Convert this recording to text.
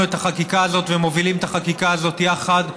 את החקיקה הזאת ומובילים את החקיקה הזאת יחד.